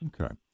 okay